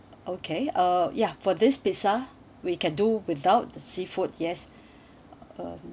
okay uh ya for this pizza we can do without the seafood yes um